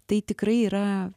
tai tikrai yra